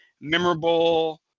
memorable